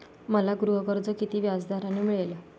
मला गृहकर्ज किती व्याजदराने मिळेल?